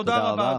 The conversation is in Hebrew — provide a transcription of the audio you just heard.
תודה רבה, אדוני.